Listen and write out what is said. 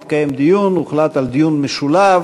יתקיים דיון, הוחלט על דיון משולב.